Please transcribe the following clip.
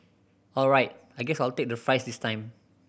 all right I guess I'll take the fries this time